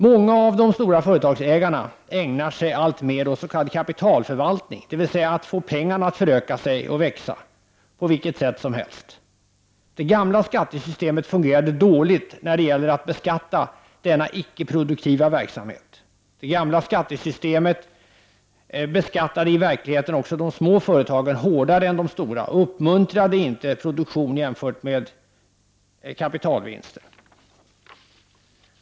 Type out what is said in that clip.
Många av de stora företagsägarna ägnar sig alltmer åt s.k. kapitalförvaltning, dvs. att få pengarna att föröka sig och växa på vilket sätt som helst. Det gamla skattesystemet fungerade dåligt när det gäller att beskatta denna icke produktiva verksamhet. Det gamla skattesystemet beskattade i verkligheten de små företagen hårdare än de stora och uppmuntrade inte produktion jämfört med kapitalvinster.